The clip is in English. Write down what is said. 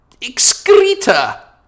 excreta